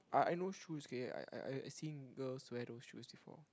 I I know shoes okay I I I seen girls wear those shoes before